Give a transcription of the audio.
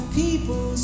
people